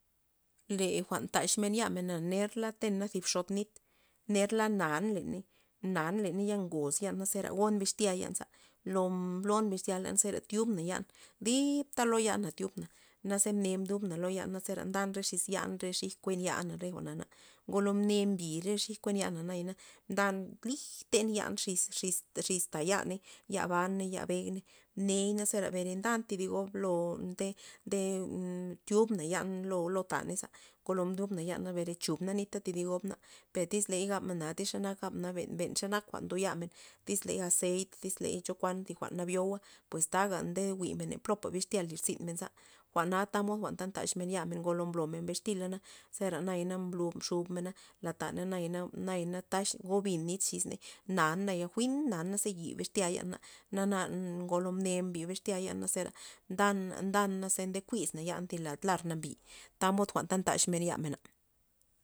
Le jwa'n ndaxmen yanen ba ner la tena zi xot nit, ner la nan leney nan leney ya ngoz yan za zera bixtya yan za lo mblon bixtya zera tyubna yan ndibta lo yan tyubna na ze mne mdubna lo yan naze ndan xis yan xis re kuen yana jwa'na ngolo mne mbi re xij kuena yana nda lij ten yan xis- xis- xis yaney, yaney baney ya bejney mney za zera beren ntad thi gob lo nde te tyubna yan lo- lo taney za ngolo mdubna yan na bere chubna nita thi di gobna tyz ley gabna na ti xa nak gabma nen xe nak jwa'n ndo yan tyz ley azeit ley chokuan nabyo pues taga nde jwi'men popla bixtya lirzynmen jwa'na tamod ta ndaxmen yamen ngolo blomen bixtila zera na naya blu- mxub mena lat taney nayana taxna gobin nit xis nan jwi'n nan ze yib bixtya yan na- na ngo mne bib bixtya yan na zera ndan- ndan ze nde kuisna yan thi lad lar nambi tamod jwa'n ta ndaxmen yamena.